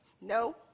No